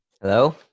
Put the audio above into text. Hello